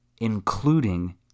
including